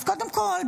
אז קודם כול,